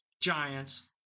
Giants